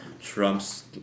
Trump's